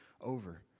over